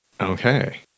Okay